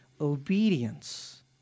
obedience